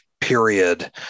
period